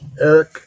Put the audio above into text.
Eric